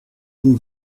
vous